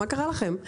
מה קרה לכם?